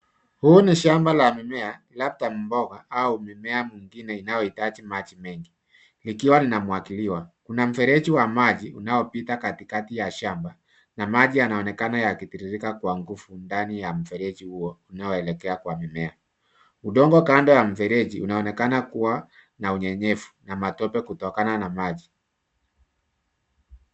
Huu ni shamba la mimea labda mboga au mimea mingine inayohitaji maji mengi likiwa linamwagiliwa. Kuna mfereji wa maji unaopita katikati ya shamba. Na maji yanaonekana yakitiririka kwa nguvu ndani ya mfereji huo unaoelekea kwa mimea. Udongo kando ya mfereji unaonekana kuwa na unyevunyevu na matope kutokana na maji.